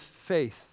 faith